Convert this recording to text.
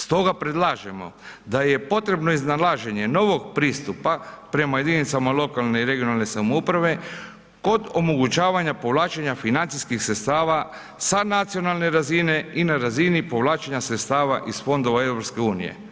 Stoga predlažemo da je potrebno iznalaženje novog pristupa prema jedinicama lokalne i regionalne samouprave kod omogućavanja povlačenja financijskih sredstava sa nacionalne razine i na razini povlačenja sredstava iz Fondova EU.